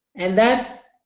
and that